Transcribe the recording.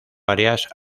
áreas